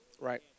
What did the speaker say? right